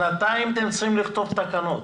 שנתיים אתם צריכים לכתוב תקנות.